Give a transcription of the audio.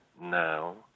now